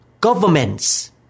Governments